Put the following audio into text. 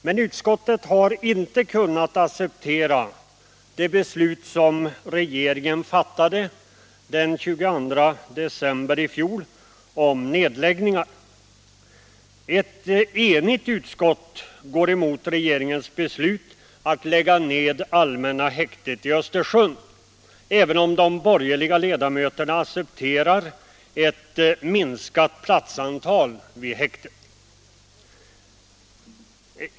Men utskottet har inte kunnat acceptera det beslut som regeringen fattade den 22 december i fjol om nedläggningar. Ett cnigt utskott går emot regeringens beslut att lägga ned allmänna häktet i Östersund, även om de borgerliga ledamöterna accepterar ett minskat platsantal vid häktet.